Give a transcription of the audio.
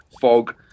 fog